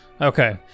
Okay